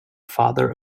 father